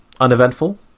uneventful